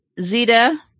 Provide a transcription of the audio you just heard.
zeta